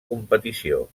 competició